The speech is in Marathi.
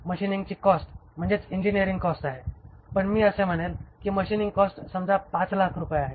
मशीनींगची कॉस्ट म्हणजे इंजिनीरिंग कॉस्ट आहे आणि मी असे म्हणेन की मशीनिंग कॉस्ट समजा 500000 रुपये आहे